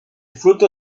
fruto